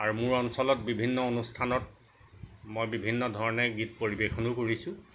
আৰু মোৰ অঞ্চলত বিভিন্ন অনুষ্ঠানত মই বিভিন্ন ধৰণে গীত পৰিৱেশনো কৰিছোঁ